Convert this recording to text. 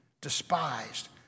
despised